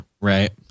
right